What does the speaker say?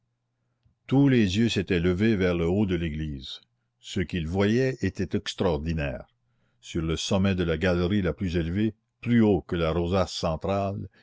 tous les yeux s'étaient levés vers le haut de l'église ce qu'ils voyaient était extraordinaire sur le sommet de la galerie la plus élevée plus haut que la rosace centrale